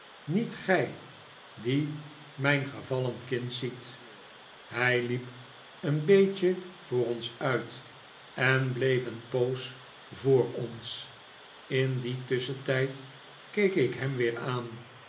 niet gij die mijn gevallen kind ziet hij liep een beetje voor ons uit en bleef een poos voor ons in dien tusschentijd keek ik ham weer aan